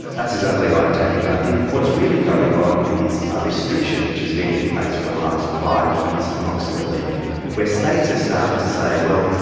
that's exactly right, damien. i think what's really going on is a restriction which has been in place for the last five years approximately where states have started to say, well,